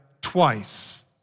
twice